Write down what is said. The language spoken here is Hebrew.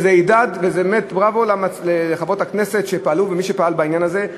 ובאמת הידד ובראבו לחברות הכנסת שפעלו בעניין הזה,